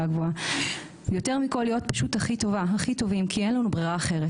גבוהה יותר מכל להיות הכי טובים כי אין לנו ברירה אחרת,